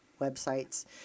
websites